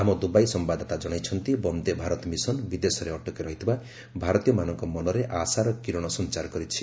ଆମ ଦୁବାଇ ସମ୍ଭାଦଦାତା ଜଣାଇଛନ୍ତି ବନ୍ଦେ ଭାରତ ମିଶନ ବିଦେଶରେ ଅଟକି ରହିଥିବା ଭାରତୀୟମାନଙ୍କ ମନରେ ଆଶାର କୀରଣ ସଞ୍ଚାର କରିଛି